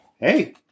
Hey